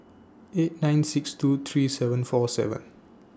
eight nine six two three seven four seven